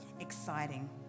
exciting